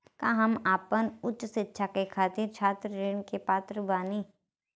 का हम आपन उच्च शिक्षा के खातिर छात्र ऋण के पात्र बानी?